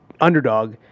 underdog